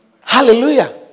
Hallelujah